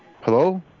Hello